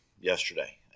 yesterday